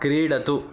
क्रीडतु